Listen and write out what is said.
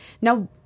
Now